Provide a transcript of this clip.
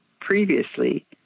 previously